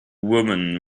woman